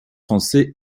français